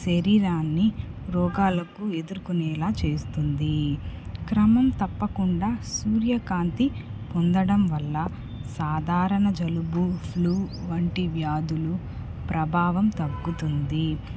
శరీరాన్ని రోగాలను ఎదుర్కొనేలా చేస్తుంది క్రమం తప్పకుండా సూర్యకాంతి పొందడం వల్ల సాధారణ జలుబు ఫ్లూ వంటి వ్యాధులు ప్రభావం తగ్గుతుంది